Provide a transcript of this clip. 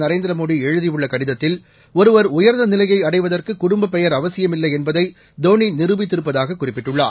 நரேந்திர மோடி எழுதியுள்ள கடிதத்தில் ஒருவர் உயர்ந்த நிலையை அடைவதற்கு குடும்பப் பெயர் அவசியமில்லை என்பதை தோனி நிரூபித்திருப்பதாக குறிப்பிட்டுள்ளார்